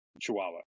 Chihuahua